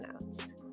notes